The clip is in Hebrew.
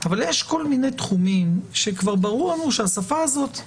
אבל יש כל מיני תחומים שכבר ברור לנו שהשפה הזאת,